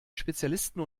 spezialisten